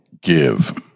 give